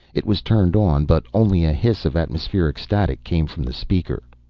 it was turned on, but only a hiss of atmospheric static came from the speaker.